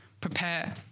prepare